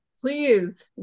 please